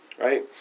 Right